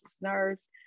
nurse